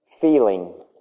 feeling